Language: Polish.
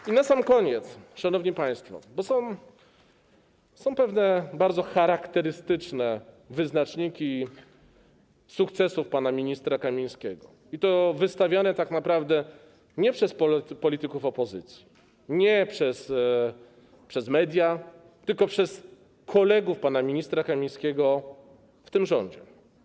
I na sam koniec, szanowni państwo: są pewne bardzo charakterystyczne wyznaczniki sukcesów pana ministra Kamińskiego, wystawione tak naprawdę nie przez polityków opozycji, nie przez media, tylko przez kolegów pana ministra Kamińskiego w tym rządzie.